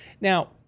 Now